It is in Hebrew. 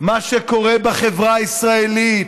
מה שקורה בחברה הישראלית.